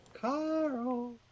Carl